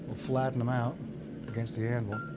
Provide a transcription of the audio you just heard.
flatten them out against the anvil